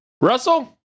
Russell